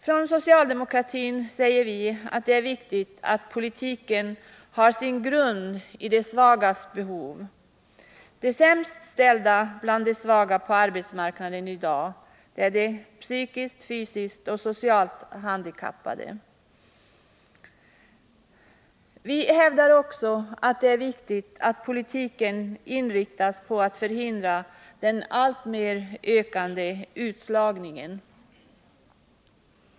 Vi inom socialdemokratin säger att det är viktigt att politiken har sin grund ide svagas behov. De sämst ställda bland de svaga på arbetsmarknaden i dag är de psykiskt, fysiskt och socialt handikappade. Vi hävdar också att det är viktigt att politiken inriktas på att förhindra den alltmer ökande utslagningen.